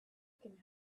can